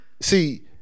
See